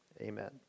amen